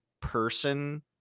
person